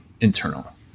Internal